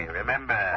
remember